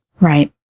Right